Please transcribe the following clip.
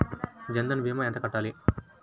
జన్ధన్ భీమా ఎంత కట్టాలి?